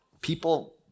people